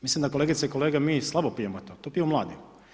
Mislim da kolegice i kolege mi slabo pijemo to, to piju mladi.